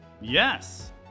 Yes